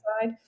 side